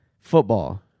Football